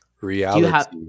Reality